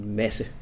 masse